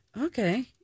Okay